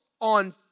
on